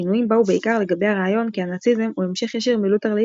הגינויים באו בעיקר לגבי הרעיון כי הנאציזם הוא המשך ישיר מלותר להיטלר.